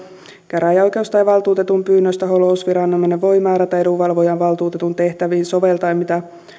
käräjäoikeus tai valtuutetun pyynnöstä holhousviranomainen voi määrätä edunvalvojan valtuutetun tehtäviin soveltaen mitä